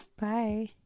Bye